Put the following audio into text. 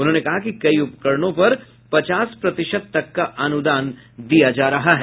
उन्होंने कहा कि कई उपकरणों पर पचास प्रतिशत तक का अनुदान दिया जा रहा है